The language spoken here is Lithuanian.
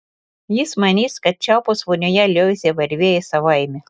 jis manys kad čiaupas vonioje liovėsi varvėjęs savaime